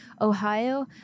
Ohio